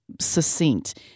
succinct